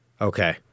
Okay